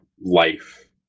life